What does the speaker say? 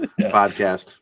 podcast